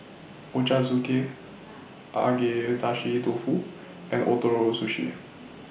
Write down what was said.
Ochazuke Agedashi Dofu and Ootoro Sushi